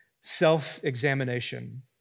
self-examination